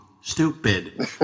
stupid